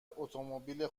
اتومبیل